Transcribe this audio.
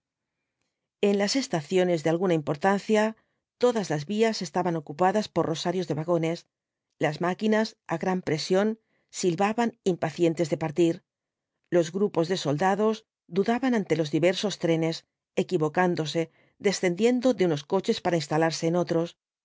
en las estaciones de alguna importancia todas las vías estaban ocupadas por rosarios de vagones las máquinas á gran presión silbaban impacientes de partir los grupos de soldados dudaban ante los diversos trenes equivocándose descendiendo de unos coches para instalarse en otros los